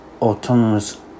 autonomous